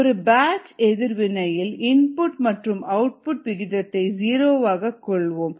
ஒரு பேட்ச் எதிர்வினையில் இன்புட் மற்றும் அவுட்புட் விகிதத்தை ஜீரோவாக கொள்வோம்